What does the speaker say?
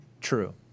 true